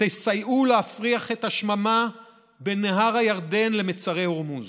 תסייעו להפריח את השממה בין נהר הירדן למצרי הורמוז.